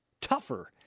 tougher